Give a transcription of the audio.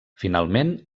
finalment